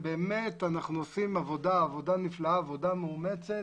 באמת אנחנו עושים עבודה נפלאה, עבודה מאומצת,